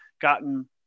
gotten –